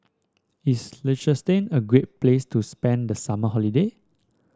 is Liechtenstein a great place to spend the summer holiday